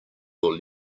your